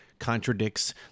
contradicts